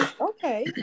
okay